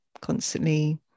constantly